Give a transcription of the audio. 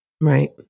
Right